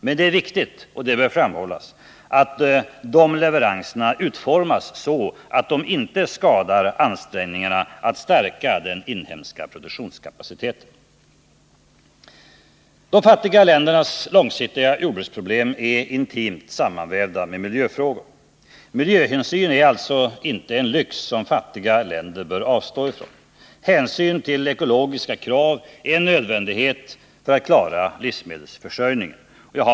Men det är viktigt — och det bör framhållas — att de leveranserna utformas så att de inte skadar ansträngningarna för att stärka den inhemska produktionskapaciteten. De fattiga ländernas långsiktiga jordbruksproblem är intimt sammanvävda med miljöfrågor. Miljöhänsyn är alltså inte en lyx som fattiga länder bör avstå ifrån. Hänsyn till ekologiska krav är en nödvändighet för att man skall klara livsmedelsförsörjningen.